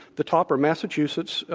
the top are massachusetts,